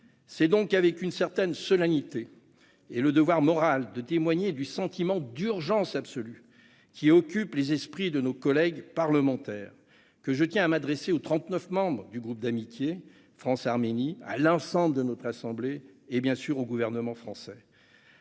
C'est donc avec une certaine solennité et le devoir moral de témoigner du sentiment d'urgence absolue qui occupe les esprits de nos collègues parlementaires que je m'adresse aux trente-neuf membres du groupe d'amitié France-Arménie, à l'ensemble de notre assemblée et, bien sûr, au gouvernement français.